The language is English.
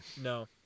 No